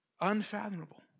Unfathomable